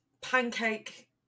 pancake